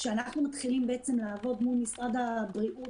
כשאנחנו מתחילים לעבוד מול משרד הבריאות